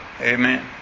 Amen